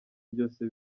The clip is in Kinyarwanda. byose